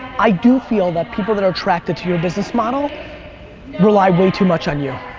i do feel that people that are attracted to your business model rely way too much on you.